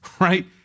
right